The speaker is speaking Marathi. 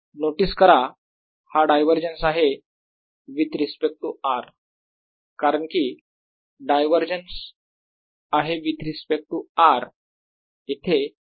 नोटीस करा हा डायवरजन्स आहे विथ रिस्पेक्ट टू r कारण कि डायवरजन्स आहे विथ रिस्पेक्ट टू r इथे हा फील्ड शोधला जातो